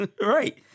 right